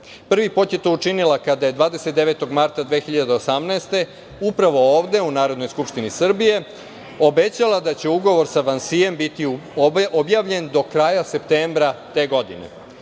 Prvi put je to učinila kada je 29. marta 2018. godine upravo ovde u Narodnoj skupštini Srbije obećala da će ugovor sa „Vansijem“ biti objavljen do kraja septembra te godine.